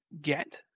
get